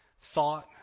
thought